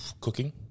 cooking